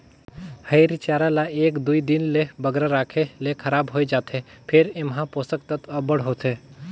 हयिर चारा ल एक दुई दिन ले बगरा राखे ले खराब होए जाथे फेर एम्हां पोसक तत्व अब्बड़ होथे